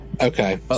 Okay